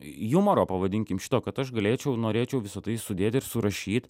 jumoro pavadinkim šito kad aš galėčiau norėčiau visa tai sudėt ir surašyt